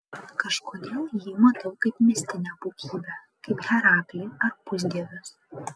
kažkodėl jį matau kaip mistinę būtybę kaip heraklį ar pusdievius